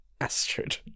Astrid